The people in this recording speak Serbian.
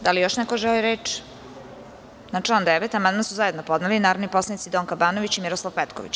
Da li još neko želi reč? (Ne.) Na član 9. amandman su zajedno podneli narodni poslanici Donka Banović i Miroslav Petković.